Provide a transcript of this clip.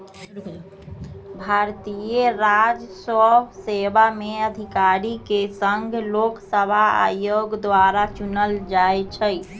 भारतीय राजस्व सेवा में अधिकारि के संघ लोक सेवा आयोग द्वारा चुनल जाइ छइ